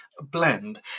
blend